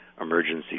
emergency